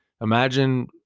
imagine